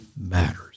matters